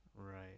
Right